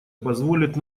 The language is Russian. позволит